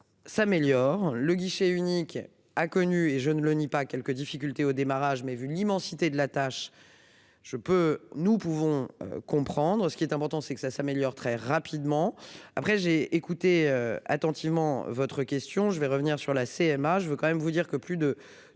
S'améliore le guichet unique a connu et je ne le nie pas quelques difficultés au démarrage, mais vu l'immensité de la tâche. Je peux nous pouvons comprendre ce qui est important c'est que ça s'améliore très rapidement après j'ai écouté attentivement votre question, je vais revenir sur la CMA je veux quand même vous dire que plus de